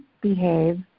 behave